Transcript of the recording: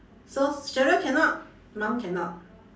so sheryl cannot mum cannot